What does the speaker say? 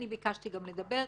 אני ביקשתי גם לדבר,